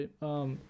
Right